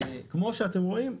כמו שאתם רואים,